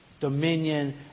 dominion